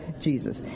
jesus